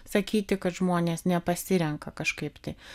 sakyti kad žmonės nepasirenka kažkaip tai